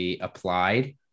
applied